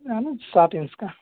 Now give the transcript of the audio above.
سات انچ کا